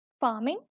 farming